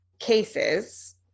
cases